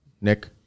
Nick